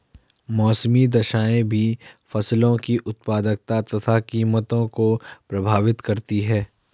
मौसमी दशाएं भी फसलों की उत्पादकता तथा कीमतों को प्रभावित करती है